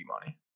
money